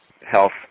health